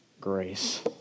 Grace